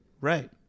Right